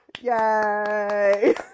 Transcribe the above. Yay